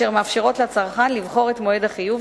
אשר מאפשרות לצרכן לבחור את מועד החיוב